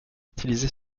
utilisé